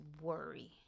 worry